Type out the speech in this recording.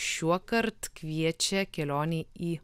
šiuokart kviečia kelionei į